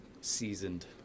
seasoned